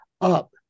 up